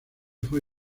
fue